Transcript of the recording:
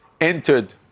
entered